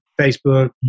Facebook